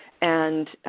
and